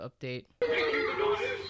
update